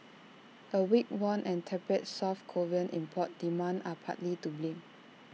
A weak won and tepid south Korean import demand are partly to blame